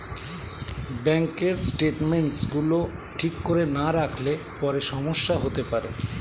ব্যাঙ্কের স্টেটমেন্টস গুলো ঠিক করে না রাখলে পরে সমস্যা হতে পারে